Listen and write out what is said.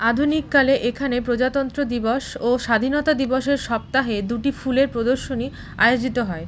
আধুনিককালে এখানে প্রজাতন্ত্র দিবস ও স্বাধীনতা দিবসের সপ্তাহে দুটি ফুলের প্রদর্শনী আয়োজিত হয়